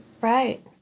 Right